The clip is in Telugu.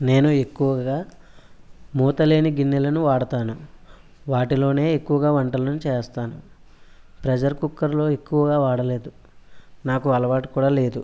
నేను ఎక్కువగా మూతలేని గిన్నెలను వాడుతాను వాటిలోనే ఎక్కువగా వంటలను చేస్తాను ప్రెజర్ కుక్కర్లో ఎక్కువగా వాడలేదు నాకు అలవాటు కూడ లేదు